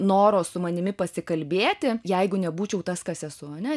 noro su manimi pasikalbėti jeigu nebūčiau tas kas esu ane